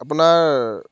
আপোনাৰ